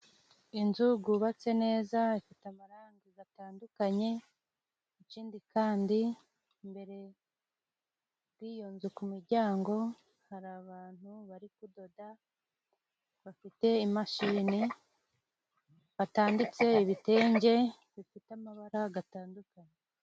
Inzu gubatse neza ifite amarangi gatandukanye, ikindi kandi imbere giyo nzu ku muryango hari abantu bari kudoda, bafite imashini. Batanditse ibitenge bifite amabara gatandukanye.